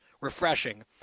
refreshing